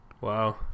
Wow